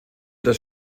das